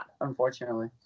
unfortunately